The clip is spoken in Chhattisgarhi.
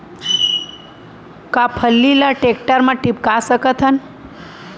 का फल्ली ल टेकटर म टिपका सकथन?